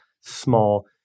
small